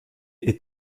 est